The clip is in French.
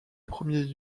premier